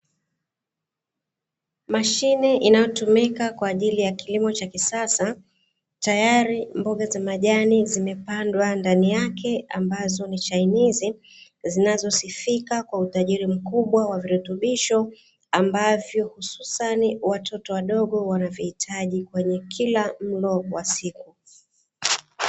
Mashine inayotumika kwaajili ya kilimo cha kisasa, tayari mboga za majani zimepandwa ndani yake ambazo ni chainizi zinazosifika kwa utajiri mkubwa wa virutubisho, ambavyo hususani watoto wadogo wanavitaji kwenye kila mlo wa siku.